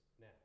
now